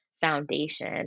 foundation